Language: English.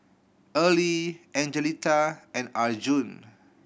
Early Angelita and Arjun